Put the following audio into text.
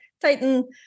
Titan